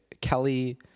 Kelly